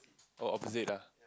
oh opposite ah